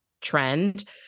trend